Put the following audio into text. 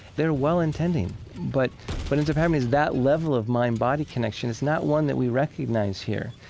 they're well-intending, but what ends up happening is that level of mind-body connection is not one that we recognize here.